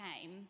came